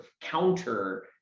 counter